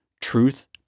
truth